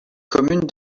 commune